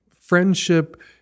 friendship